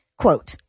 Quote